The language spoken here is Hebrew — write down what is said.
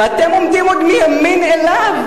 ואתם עומדים עוד מימין לו,